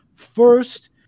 First